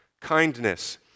Kindness